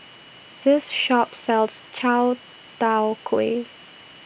This Shop sells Chai Tow Kway